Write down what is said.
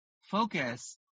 Focus